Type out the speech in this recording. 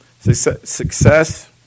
success